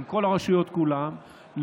עם כל הרשויות כולן,